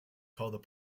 called